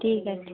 ठीकु आहे